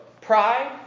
pride